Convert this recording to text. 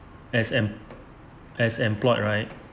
as em~ as employed right